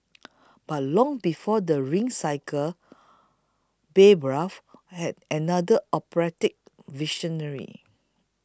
but long before the Ring Cycle Bayreuth had another operatic visionary